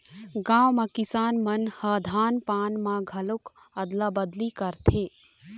गाँव म किसान मन ह धान पान म घलोक अदला बदली करथे